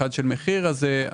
בדיוק.